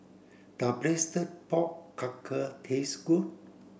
does braised pork taste good